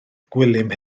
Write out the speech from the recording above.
gwilym